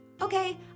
Okay